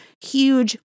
huge